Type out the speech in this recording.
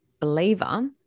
believer